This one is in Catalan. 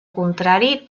contrari